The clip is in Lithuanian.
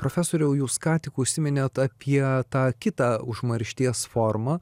profesoriau jūs ką tik užsiminėt apie tą kitą užmaršties formą